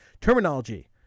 terminology